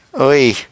Oi